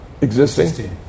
existing